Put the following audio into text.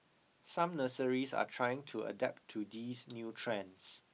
some nurseries are trying to adapt to these new trends